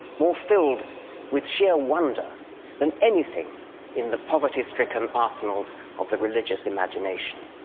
more filled with sheer wonder than anything in the poverty-stricken arsenals of the religious imagination.